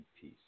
peace